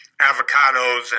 avocados